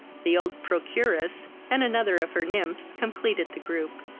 the old procuress, and another of her nymphs completed the group.